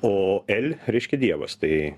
o el reiškia dievas tai